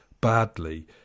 badly